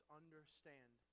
understand